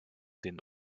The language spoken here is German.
den